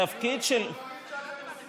התפקיד של, בדברים שאתם עושים